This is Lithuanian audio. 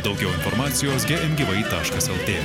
daugiau informacijos gm gyvai taškas lt